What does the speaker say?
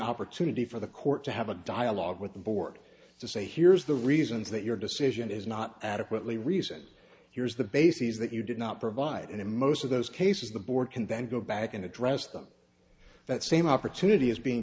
opportunity for the court to have a dialogue with the board to say here's the reasons that your decision is not adequately reason here's the bases that you did not provide and in most of those cases the board can then go back and address them that same opportunity is being